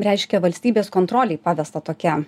reiškia valstybės kontrolei pavesta tokia